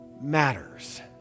matters